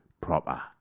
proper